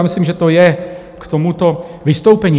Myslím, že to je k tomuto vystoupení.